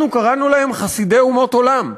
אנחנו קראנו להם "חסידי אומות עולם",